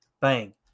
Bang